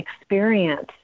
experience